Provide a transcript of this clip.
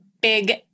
big